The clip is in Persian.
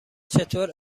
چطور